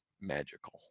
magical